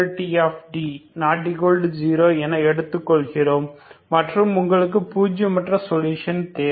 T≠0 என எடுத்துக்கொள்கிறோம் மற்றும் உங்களுக்கு பூஜியமற்ற சொல்யூஷன் தேவை